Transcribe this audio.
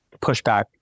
pushback